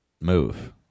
move